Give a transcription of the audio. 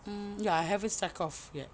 mm ya I haven't strike off yet